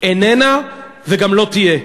איננה וגם לא תהיה.